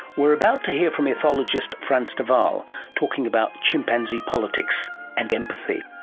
we're about to hear from ethologist frans de waal talking about chimpanzee politics and empathy.